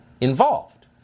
involved